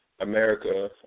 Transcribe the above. America